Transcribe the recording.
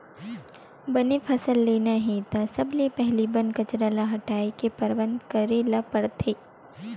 बने फसल लेना हे त सबले पहिली बन कचरा ल हटाए के परबंध करे ल परथे